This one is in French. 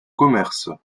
commerce